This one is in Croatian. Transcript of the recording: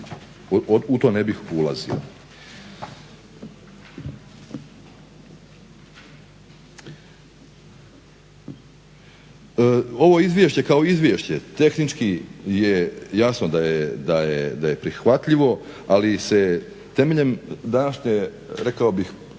u to ne bih ulazio. Ovo izvješće kao izvješće tehnički jasno da je prihvatljivo, ali se temeljem današnje plodne